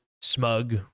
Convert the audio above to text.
smug